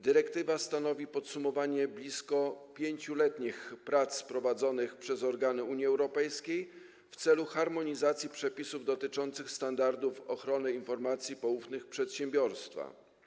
Dyrektywa stanowi podsumowanie blisko 5-letnich prac prowadzonych przez organy Unii Europejskiej w celu harmonizacji przepisów dotyczących standardów ochrony informacji poufnych przedsiębiorstwa.